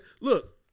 Look